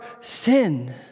sin